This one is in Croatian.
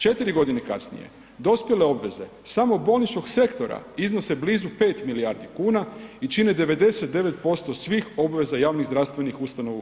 4.g. kasnije dospjele obveze samo bolničkog sektora iznose blizu 5 milijardi kuna i čine 99% svih obveza javnih zdravstvenih ustanova u RH.